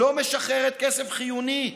לא משחררת כסף חיוני.